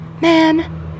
Man